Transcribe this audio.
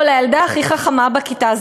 או לילדה הכי חכמה בכיתה,